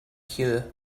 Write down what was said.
here